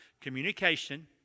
communication